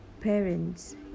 parents